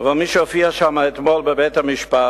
אבל מי שהופיע אתמול בבית-המשפט,